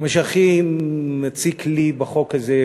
מה שהכי מציק לי בחוק הזה,